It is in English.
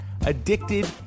addicted